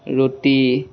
ৰুটি